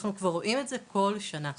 אנחנו כבר רואים את זה כל שנה.